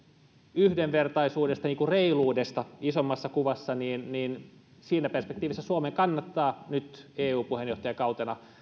yhdenvertaisuudesta ja reiluudesta isommassa kuvassa siinä perspektiivissä suomen kannattaa nyt eu puheenjohtajakautena